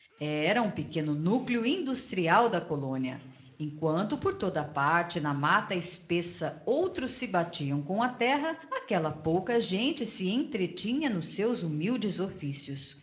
era um pequeno núcleo industrial da colónia emquanto por toda a parte na matta espessa outros se batiam com a terra aquella pouca gente se entretinha nos seus humildes officios